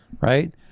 Right